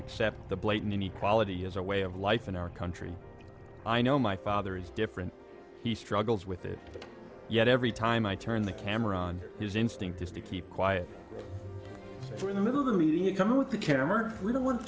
accept the blatant inequality as a way of life in our country i know my father is different he struggles with it yet every time i turn the camera on his instinct is to keep quiet for the middle of the coming with the camera i really want to